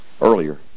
earlier